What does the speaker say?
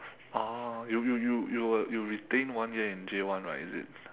oh you you you you were you retain one year in J one right is it